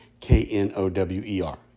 K-N-O-W-E-R